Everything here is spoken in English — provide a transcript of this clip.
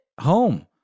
home